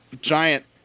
giant